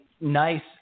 nice